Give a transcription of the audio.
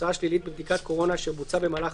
תוצאה שלילית בבדיקת קורונה אשר בוצעה במהלך